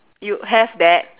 you have that